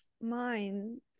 mind